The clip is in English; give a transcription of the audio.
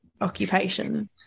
occupation